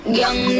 young